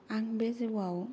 आं बे जिउआव